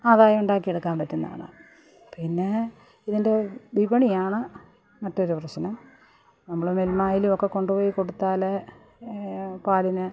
ആദായം ഉണ്ടാക്കിയെടുക്കാൻ പറ്റുന്നതാണ് പിന്നെ ഇതിൻ്റെ വിപണിയാണ് മറ്റൊരു പ്രശ്നം നമ്മള് മില്മായിലൊക്കെ കൊണ്ടുപോയി കൊടുത്താല് പാലിന്